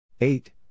Eight